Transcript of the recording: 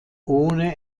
ohne